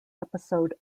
episode